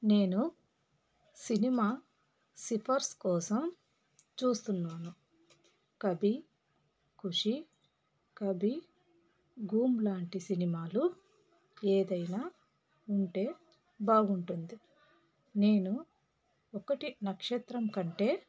నేను సినిమా సిఫర్సు కోసం చూస్తున్నాను కభీ ఖుషీ కభీ ఘమ్ లాంటి సినిమాలు ఏదైనా ఉంటే బాగుంటుంది నేను ఒకటి నక్షత్రంకంటే